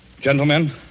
Gentlemen